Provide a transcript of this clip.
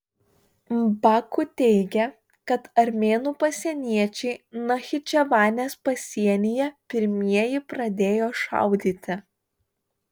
baku teigia kad armėnų pasieniečiai nachičevanės pasienyje pirmieji pradėjo šaudyti